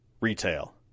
retail